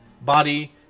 body